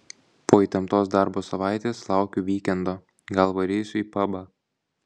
po įtemptos darbo savaitės laukiu vykendo gal varysiu į pabą